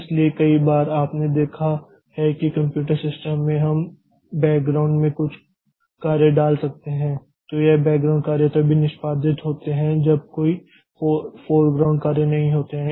इसलिए कई बार आपने देखा है कि कंप्यूटर सिस्टम में हम बॅकग्राउंड में कुछ कार्य डाल सकते हैं तो यह बॅकग्राउंड कार्य तभी निष्पादित होते हैं जब कोई फोरग्राउंड कार्य नहीं होते हैं